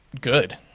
good